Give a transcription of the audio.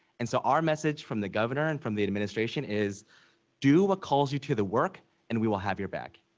and so, our message from the governor and from the administration is do what calls you to the work and we will have your back.